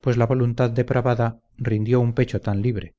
pues la voluntad depravada rindió un pecho tan libre